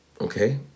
Okay